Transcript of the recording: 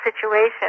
situation